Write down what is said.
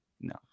No